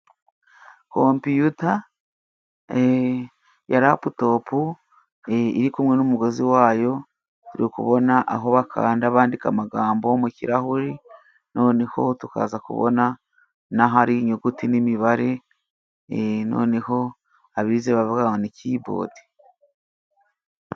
Kompiyuta e ya raputopu iri kumwe n'umugozi wayo, turi kubona aho bakanda bandika amagambo mu kirahuri, noneho tukaza kubona n'ahari inyuguti n'imibare noneho abize bavuga ngo ni kibodi.